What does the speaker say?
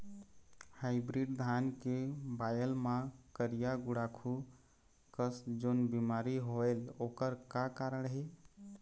Hybrid धान के बायेल मां करिया गुड़ाखू कस जोन बीमारी होएल ओकर का कारण हे?